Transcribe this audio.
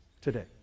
today